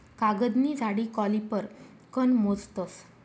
कागदनी जाडी कॉलिपर कन मोजतस